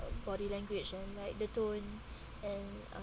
body language and like the tone and uh